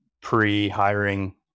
pre-hiring